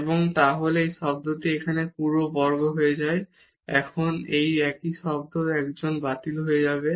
এবং তাহলে এই শব্দটি এখানে পুরো বর্গ হয়ে যায় এবং এখন এই একই শব্দ তাই একজন বাতিল হয়ে যাবে